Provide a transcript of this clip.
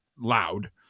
loud